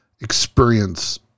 experience